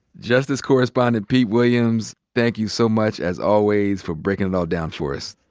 justice correspondent pete williams, thank you so much, as always, for breaking it all down for us.